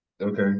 Okay